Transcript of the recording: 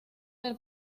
del